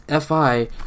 FI